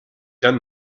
done